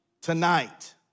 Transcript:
tonight